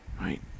right